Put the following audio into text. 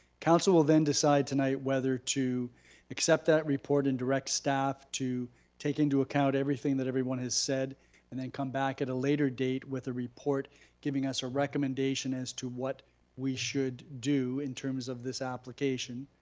council will then decide tonight whether to accept that report and direct staff to take into account everything that everyone has said and then come back at a later date with a report giving us a recommendation as to what we should do in terms of this application,